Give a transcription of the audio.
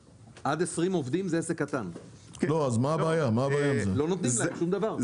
עד 20 עובדים זה עסק קטן, ולא נותנים להם שום דבר.